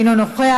אינו נוכח,